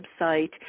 website